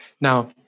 Now